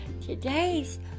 today's